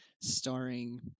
starring